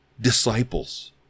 disciples